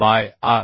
bye R